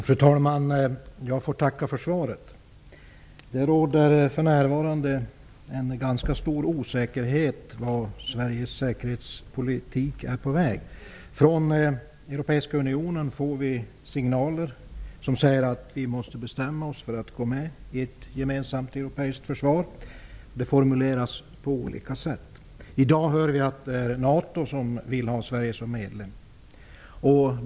Fru talman! Jag får tacka för svaret. För närvarande råder ganska stor osäkerhet om vart Sveriges säkerhetspolitik är på väg. Från den europeiska unionen får vi signaler som säger att vi måste bestämma oss för att gå med i ett gemensamt europeiskt försvar. Det formuleras på olika sätt. I dag får vi höra att NATO vill ha Sverige som medlem.